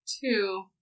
Two